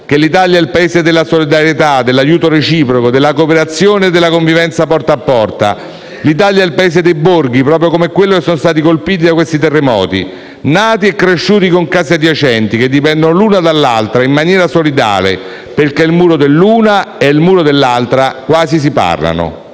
che l'Italia è il Paese della solidarietà, dell'aiuto reciproco, della cooperazione e della convivenza porta a porta. L'Italia è il Paese dei borghi, proprio come quelli che sono stati colpiti da quei terremoti, nati e cresciuti con case adiacenti, che dipendono l'una dall'altra, in maniera solidale, perché il muro dell'una e il muro dell'altra quasi si parlano.